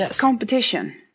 competition